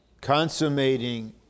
consummating